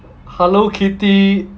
hello kitty